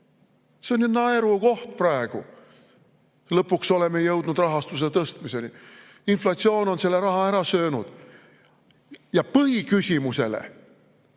See on ju naerukoht praegu. "Lõpuks oleme jõudnud rahastuse tõstmiseni." Inflatsioon on selle raha ära söönud! Ja põhiküsimusele,